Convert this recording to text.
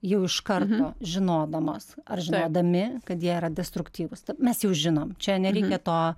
jau iš karto žinodamos ar žinodami kad jie yra destruktyvūs mes jau žinom čia nereikia to